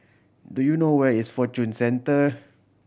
do you know where is Fortune Centre